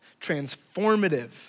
transformative